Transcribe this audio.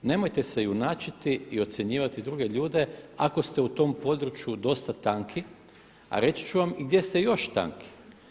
Nemojte se junačiti i ocjenjivati druge ljude ako ste u tom području dosta tanki a reći ću vam i gdje ste još tanki.